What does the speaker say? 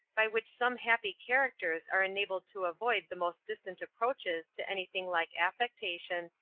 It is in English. by which some happy characters are enabled to avoid the most distant approaches to any thing like affectation,